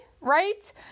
right